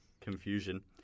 Confusion